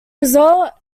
result